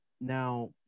now